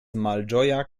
malĝoja